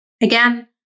Again